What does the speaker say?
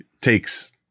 takes